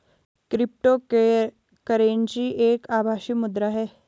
crypto currency एक आभासी मुद्रा है